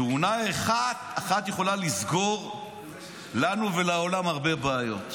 תאונה אחת יכולה לסגור לנו ולעולם הרבה בעיות.